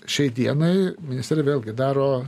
šiai dienai ministerija vėlgi daro